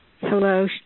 Hello